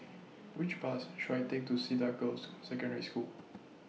Which Bus should I Take to Cedar Girls' Secondary School